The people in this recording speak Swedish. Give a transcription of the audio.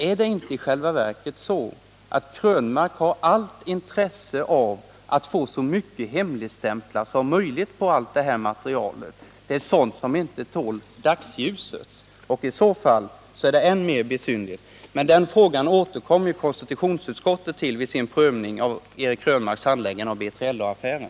Är det inte i själva verket så att Eric Krönmark har allt intresse av att sätta så mycket hemligstämplar som möjligt på allt det här materialet? Det är sådant som inte tål dagsljuset — och i så fall är hans agerande än mer besynnerligt. Men den frågan återkommer KU till vid sin prövning av Eric Krönmarks handläggning av B3LA-affären.